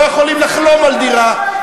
לא יכולים לחלום על דירה,